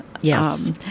Yes